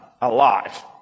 alive